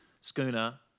schooner